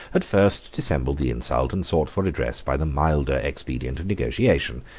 at first dissembled the insult, and sought for redress by the milder expedient of negotiation,